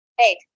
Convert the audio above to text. eight